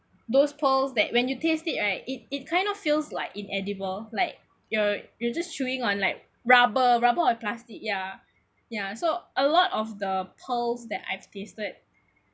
those pearls that when you taste it right it it kind of feels like inedible like you're you're just chewing on like rubber rubber or plastic ya ya so a lot of the pearls that I've tasted